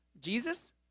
Jesus